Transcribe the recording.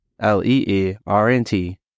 L-E-E-R-N-T